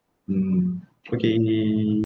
mm okay